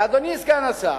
אדוני סגן השר,